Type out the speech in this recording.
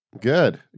Good